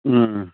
ও